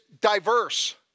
diverse